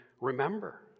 remember